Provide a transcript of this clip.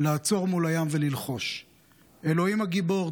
/ לעצור מול הים וללחוש / אלוהים הגיבור,